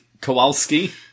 kowalski